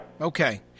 Okay